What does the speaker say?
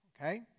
Okay